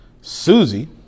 Susie